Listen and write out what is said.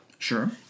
Sure